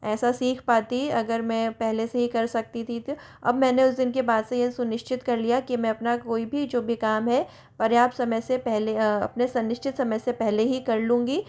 ऐसा सीख पाती अगर मैं पहले से ये कर सकती थी अब मैंने उस दिन के बाद से सुनिश्चित कर लिया कि मैं अपना कोई भी जो भी काम है पर्याप्त समय से पहले अपने सुनिश्चित समय से पहले ही कर लूँगी